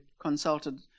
consulted